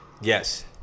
yes